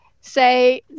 Say